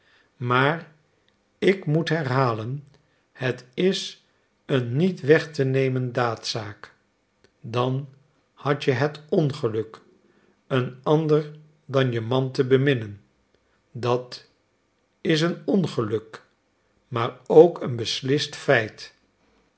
maar ik moet herhalen het is een niet weg te nemen daadzaak dan hadt je het ongeluk een ander dan je man te beminnen dat is een ongeluk maar ook een beslist feit